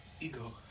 Ego